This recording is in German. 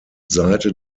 seite